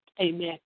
Amen